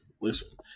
listen